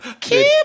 keep